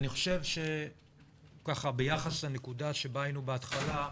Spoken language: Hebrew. אני חושב שביחס לנקודה שבה היינו בהתחלה,